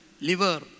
Liver